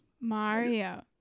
Mario